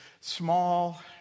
small